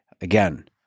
Again